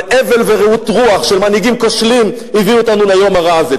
אבל הבל ורעות רוח של מנהיגים כושלים הביאו אותנו ליום הרע הזה.